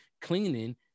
cleaning